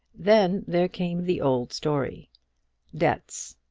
then there came the old story debts,